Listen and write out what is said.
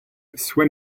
before